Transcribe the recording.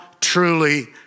truly